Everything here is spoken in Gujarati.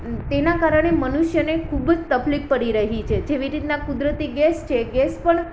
તેના કારણે મનુષ્યને ખૂબ જ તકલીફ પડી રહી છે જેવી રીતના કુદરતી ગેસ છે ગેસ પણ